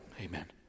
Amen